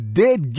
dead